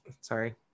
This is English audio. sorry